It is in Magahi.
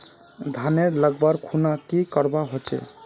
धानेर लगवार खुना की करवा होचे?